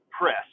press